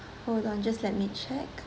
hold on just let me check